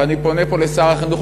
ואני פונה פה לשר החינוך,